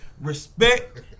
Respect